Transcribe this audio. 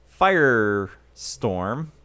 Firestorm